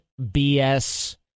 BS